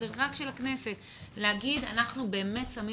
זה רק של הכנסת להגיד: אנחנו באמת שמים